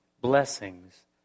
blessings